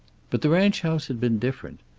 but the ranch house had been different.